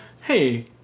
hey